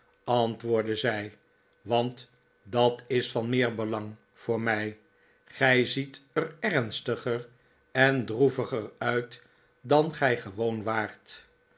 antwoordde zij want dat is van meer belang voor mij gij ziet er ernstiger en droeviger uit dan gij gewoon waart